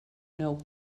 know